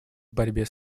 борьбе